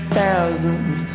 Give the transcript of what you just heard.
thousands